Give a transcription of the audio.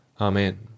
Amen